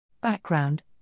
Background